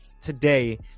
today